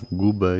Goodbye